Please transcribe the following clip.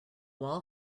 wall